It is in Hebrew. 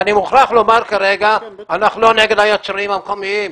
ואני מוכרח לומר כרגע שאנחנו לא נגד היצרנים המקומיים.